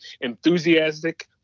enthusiastic